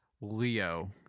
Leo